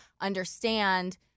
understand